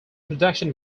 production